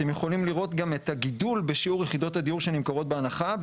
אתם יכולים לראות גם את הגידול בשיעור יחידות הדיור שנמכרות בהנחה.